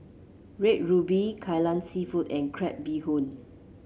Red Ruby Kai Lan seafood and Crab Bee Hoon